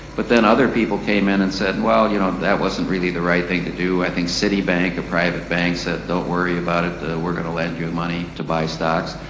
but then other people came in and said, well you know, that wasn't really the right thing to do. i think citibank, a private bank said, don't worry about it, we're going to lend you money to buy stocks.